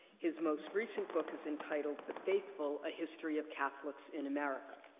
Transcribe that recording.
his most recent book is entitled the faithful a history of catholics in america.